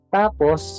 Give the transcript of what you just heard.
tapos